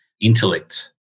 intellect